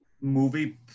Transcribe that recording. movie